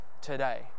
today